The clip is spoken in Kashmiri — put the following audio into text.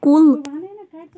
کُل